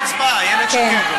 תשובה והצבעה, איילת שקד עולה.